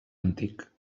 antic